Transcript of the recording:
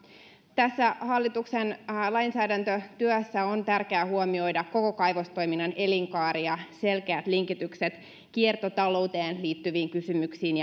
tässä hallituksen lainsäädäntötyössä on tärkeää huomioida koko kaivostoiminnan elinkaari ja selkeät linkitykset kiertotalouteen liittyviin kysymyksiin